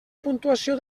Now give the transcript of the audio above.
puntuació